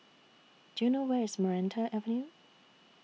Do YOU know Where IS Maranta Avenue